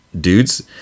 dudes